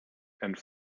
and